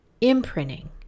imprinting